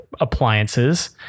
appliances